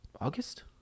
August